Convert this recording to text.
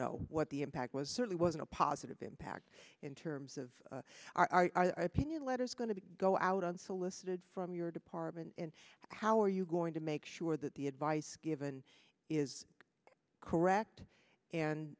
know what the impact was certainly wasn't a positive impact in terms of our opinion what is going to go out unsolicited from your department and how are you going to make sure that the advice given is correct and